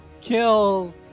kill